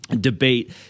debate